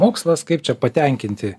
mokslas kaip čia patenkinti